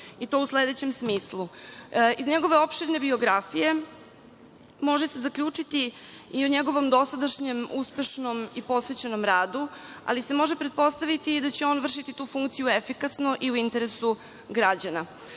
i to u sledećem smislu. Iz njegove opširne biografije može se zaključiti i o njegovom dosadašnjem uspešnom i posvećenom radu, ali se može pretpostaviti i da će on vršiti tu funkciju efikasno i u interesu građana.